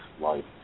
life